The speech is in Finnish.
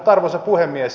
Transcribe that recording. arvoisa puhemies